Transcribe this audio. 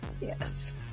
Yes